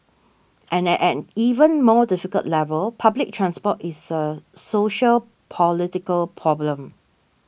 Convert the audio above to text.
and at an even more difficult level public transport is a sociopolitical problem